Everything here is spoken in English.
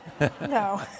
No